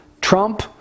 Trump